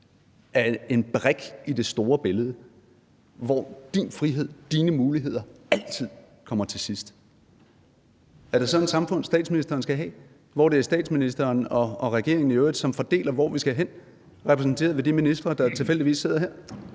er en brik i det store billede, hvor din frihed, dine muligheder altid kommer til sidst. Er det sådan et samfund, statsministeren skal have, hvor det er statsministeren og regeringen i øvrigt, som afgør, hvor vi skal hen, repræsenteret ved de ministre, der tilfældigvis sidder her?